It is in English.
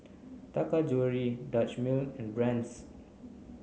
Taka Jewelry Dutch Mill and Brand's